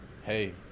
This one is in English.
hey